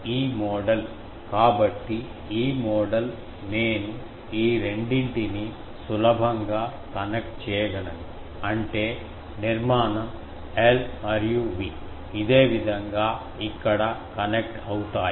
ఈ మోడల్ కాబట్టి ఈ మోడల్ నేను ఈ రెండింటినీ సులభంగా కనెక్ట్ చేయగలను అంటే నిర్మాణం I మరియు V ఇదే విధంగా ఇక్కడ కనెక్ట్ అవుతాయి